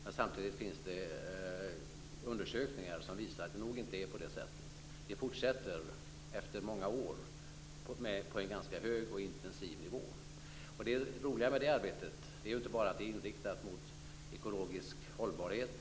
Men samtidigt finns det undersökningar som visar att det nog inte är på det sättet. Det fortsätter efter många år på en ganska hög och intensiv nivå. Det roliga med det arbetet är inte bara att det är inriktat mot ekologisk hållbarhet.